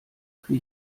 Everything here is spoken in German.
für